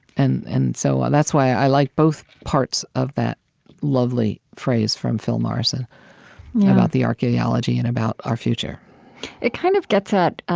and and so that's why i like both parts of that lovely phrase from phil morrison about the archeology and about our future it kind of gets at